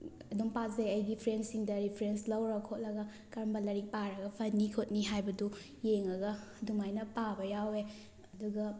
ꯑꯗꯨꯝ ꯄꯥꯖꯩ ꯑꯩꯒꯤ ꯐ꯭ꯔꯦꯟꯁꯤꯡꯗ ꯔꯤꯐ꯭ꯔꯦꯟꯁ ꯂꯧꯔ ꯈꯣꯠꯂꯒ ꯀꯔꯝꯕ ꯂꯥꯏꯔꯤꯛ ꯄꯥꯔꯒ ꯐꯅꯤ ꯈꯣꯠꯅꯤ ꯍꯥꯏꯕꯗꯨ ꯌꯦꯡꯉꯒ ꯑꯗꯨꯃꯥꯏꯅ ꯄꯥꯕ ꯌꯥꯎꯋꯦ ꯑꯗꯨꯒ